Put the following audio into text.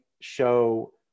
show